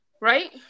Right